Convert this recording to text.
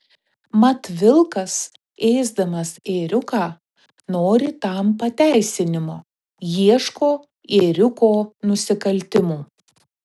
mat vilkas ėsdamas ėriuką nori tam pateisinimo ieško ėriuko nusikaltimų